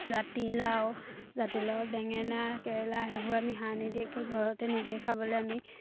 জাতিলাও জাতিলাও বেঙেনা কেৰেলা সেইবোৰ আমি সাৰ নিদিয়াকৈ ঘৰতে নিজেই খাবলৈ আমি